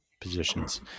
positions